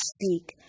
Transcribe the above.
speak